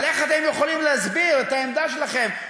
אבל איך אתם יכולים להסביר את העמדה שלכם,